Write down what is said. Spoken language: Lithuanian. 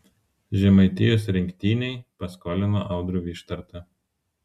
žemaitijos rinktinei paskolino audrių vyštartą